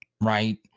right